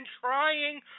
trying